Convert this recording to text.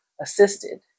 assisted